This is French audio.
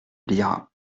liras